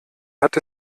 hat